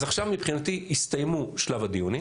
אז עכשיו מבחינתי הסתיים שלב הדיונים,